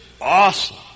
awesome